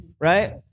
right